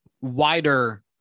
wider